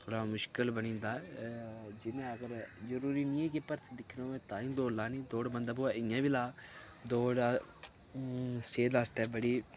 थोह्ड़ा मुश्कल बनी जंदा जिनेंगी अगर जरूरी नि कि भरथी दिक्खनी होए ताईं दौड़ लानी दौड़ बंदा भाएं इयां बी ला दौड़ सेह्त आस्तै बड़ी